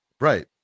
Right